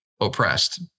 oppressed